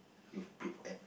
you been at